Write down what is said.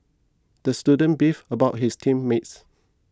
the student beefed about his team mates